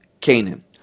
Canaan